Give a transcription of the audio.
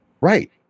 right